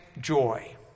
joy